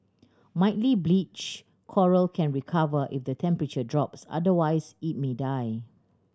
mildly bleached coral can recover if the temperature drops otherwise it may die